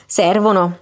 servono